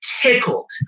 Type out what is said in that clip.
tickled